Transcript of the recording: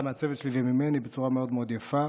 מהצוות שלי וממני בצורה מאוד מאוד יפה,